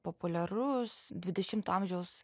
populiarus dvidešimto amžiaus